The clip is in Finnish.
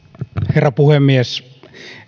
herra puhemies